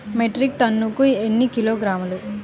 Metric టన్నుకు ఎన్ని కిలోగ్రాములు?